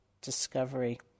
discovery